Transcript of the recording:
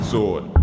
Sword